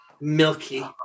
Milky